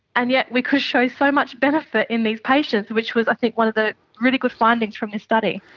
and yet we could show so much benefit in these patients which was i think one of the really good findings from this study.